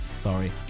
Sorry